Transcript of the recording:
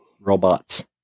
robots